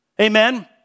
Amen